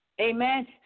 Amen